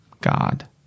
God